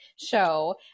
show